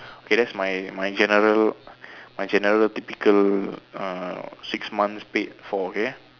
K that's my my general my general typical uh six months paid for okay